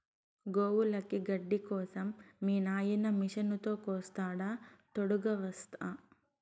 గోవులకి గడ్డి కోసం మీ నాయిన మిషనుతో కోస్తాడా తోడుగ వస్తా